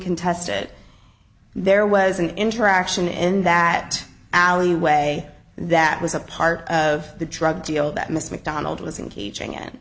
contested there was an interaction in that alleyway that was a part of the drug deal that miss mcdonald was engaging i